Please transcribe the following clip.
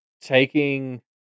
taking